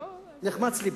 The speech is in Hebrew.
נחמץ לבי.